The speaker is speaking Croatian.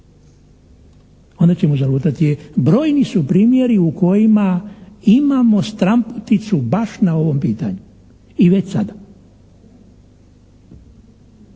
Onda ćemo zalutati. Brojni su primjeri u kojima imamo stranputicu baš na ovom pitanju i već sada.